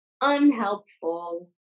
unhelpful